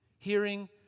Hearing